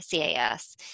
CAS